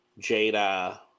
Jada